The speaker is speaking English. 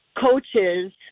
coaches